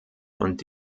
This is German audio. und